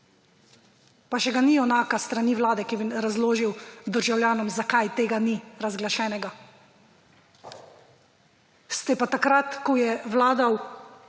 Pa še ga ni junaka s strani vlade, ki bi razložil državljanom, zakaj tega ni razglašenega. Ste pa takrat, ko je delovala